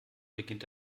beginnt